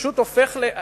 פשוט הופך, שמע,